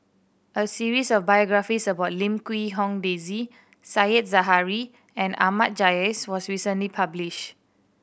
a series of biographies about Lim Quee Hong Daisy Said Zahari and Ahmad Jais was recently published